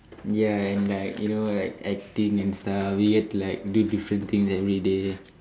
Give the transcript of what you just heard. ya and like you know like acting and stuff you get to like do different things everyday